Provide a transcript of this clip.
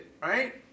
right